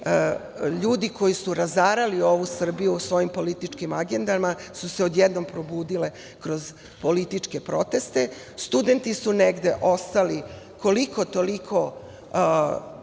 ljudi koji su razarali ovu Srbiju u svojim političkim agendama i odjednom su se probudile kroz političke proteste. Studenti su negde ostali, koliko-toliko,